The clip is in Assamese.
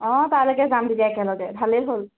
অ' তালৈকে যাম তেতিয়া একেলগে ভালেই হ'ল